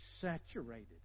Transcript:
saturated